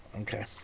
Okay